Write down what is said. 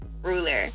ruler